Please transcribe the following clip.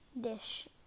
dish